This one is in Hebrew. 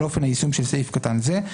על אופן היישום של סעיף קטן זה."